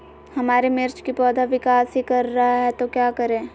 हमारे मिर्च कि पौधा विकास ही कर रहा है तो क्या करे?